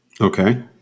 okay